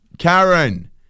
Karen